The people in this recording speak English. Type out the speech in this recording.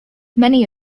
many